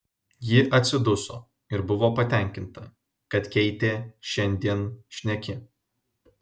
ji atsiduso ir buvo patenkinta kad keitė šiandien šneki